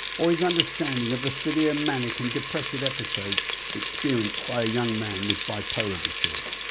or his understanding of the severe manic and depressive episode experienced by a young man with bipolar disorder.